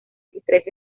puertas